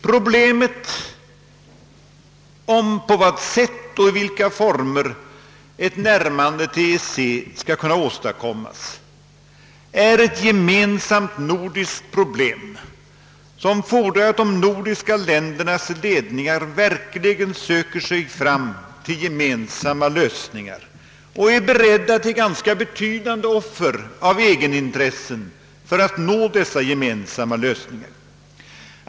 Frågan om på vad sätt och i vilka former ett närmande till EEC skall kunna åstadkommas är ett gemensamt nordiskt problem som fordrar att: de nordiska ländernas ledningar verkligen söker sig fram till gemensamma lösningar och är beredda till ganska betydande offer av egenintressen för att nå dessa lösningar.